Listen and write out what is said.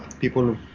people